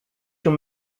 your